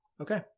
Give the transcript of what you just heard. Okay